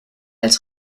als